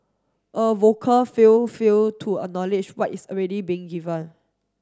a vocal few fail to acknowledge what is already being given